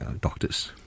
doctors